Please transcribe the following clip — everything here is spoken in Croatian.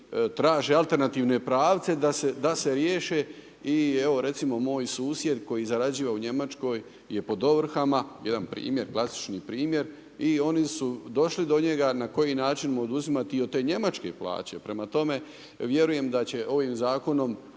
traže alternativne pravce da se riješe i evo recimo moj susjed koji zarađiva u Njemačkoj je pod ovrhama, jedan primjer, klasični primjer, i oni su došli do njega na koji način mu oduzimat i od te njemačke plaće, prema tome, vjerujem da će ovim zakonom